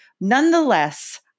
Nonetheless